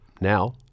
Now